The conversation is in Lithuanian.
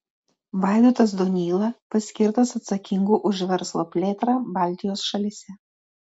vaidotas donyla paskirtas atsakingu už verslo plėtrą baltijos šalyse